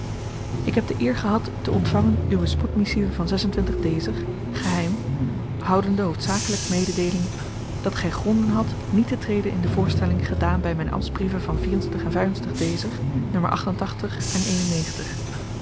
ik heb de eer gehad te ontvangen uwe spoedmissive van geheim houdende hoofdzakelyk mededeeling dat gy gronden hadt niet te treden in de voorstellen gedaan by myne ambtsbrieven van